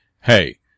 hey